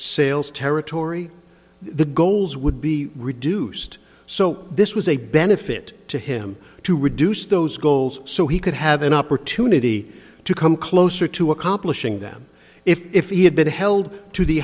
sales territory the goals would be reduced so this was a benefit to him to reduce those goals so he could have an opportunity to come closer to accomplishing them if he had been held to the